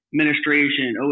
administration